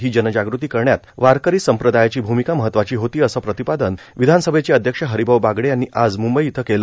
ही जनजाग़ती करण्यात वारकरी संप्रदायाची भूमिका महत्वाची होती असे प्रतिपादन विधानसभेचे अध्यक्ष हरिभाऊ बागडे यांनी आज मुंबई इथं केले